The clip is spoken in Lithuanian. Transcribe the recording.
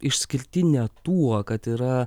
išskirtinė tuo kad yra